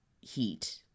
heat